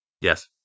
Yes